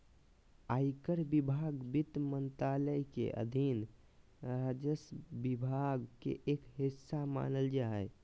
आयकर विभाग वित्त मंत्रालय के अधीन राजस्व विभाग के एक हिस्सा मानल जा हय